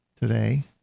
today